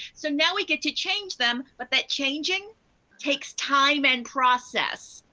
so now we get to change them, but that changing takes time and process.